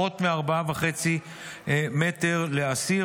פחות מ-4.5 מטר לאסיר,